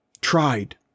tried